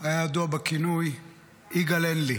הוא היה ידוע בכינוי "יגאל אין לי",